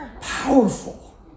Powerful